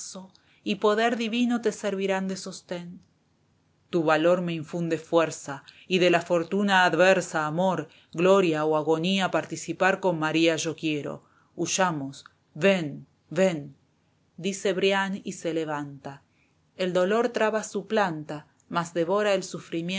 y poder divino te servirán de sosten tu valor me infunde fuerza y de la fortuna adversa amor gloria o agonía participar con maría yo quiero huyamos ven ven dice brian y se levanta el dolor traba su planta mas devora el sufrimiento